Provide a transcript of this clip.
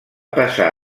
passar